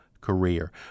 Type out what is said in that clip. career